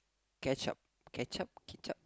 ketchup ketchup ketchup